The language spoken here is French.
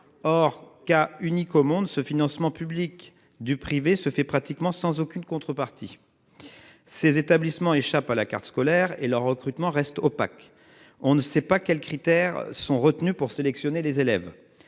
Or, cas unique au monde. Ce financement public du privé se fait pratiquement sans aucune contrepartie. Ces établissements échappe à la carte scolaire et leur recrutement reste opaque, on ne sait pas quels critères sont retenus pour sélectionner les élèves.